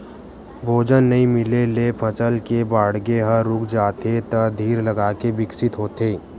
भोजन नइ मिले ले फसल के बाड़गे ह रूक जाथे त धीर लगाके बिकसित होथे